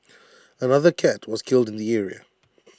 another cat was killed in the area